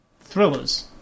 thrillers